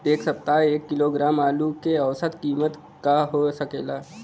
एह सप्ताह एक किलोग्राम आलू क औसत कीमत का हो सकेला?